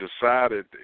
decided